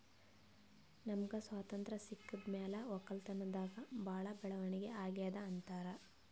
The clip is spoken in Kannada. ನಮ್ಗ್ ಸ್ವತಂತ್ರ್ ಸಿಕ್ಕಿದ್ ಮ್ಯಾಲ್ ವಕ್ಕಲತನ್ದಾಗ್ ಭಾಳ್ ಬೆಳವಣಿಗ್ ಅಗ್ಯಾದ್ ಅಂತಾರ್